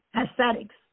aesthetics